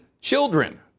children